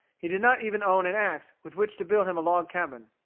he did not even own an axe with which to build him a log cabin.